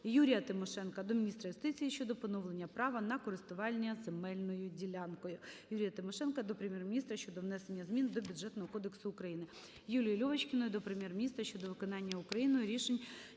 Юрія Тимошенка до міністра юстиції щодо поновлення права на користування земельною ділянкою. Юрія Тимошенка до Прем'єр-міністра щодо внесення змін до Бюджетного кодексу України. Юлії Льовочкіної до Прем'єр-міністра щодо виконання Україною рішень